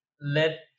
let